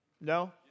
No